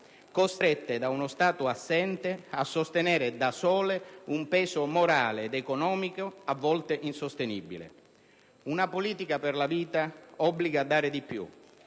costrette da uno Stato assente a sostenere da sole un peso morale ed economico a volte insostenibile. Una politica per la vita obbliga a dare di più